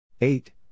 Eight